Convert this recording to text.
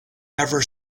never